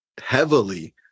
heavily